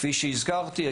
כפי שהזכרתי,